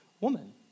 woman